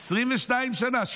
22 שנה.